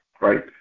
right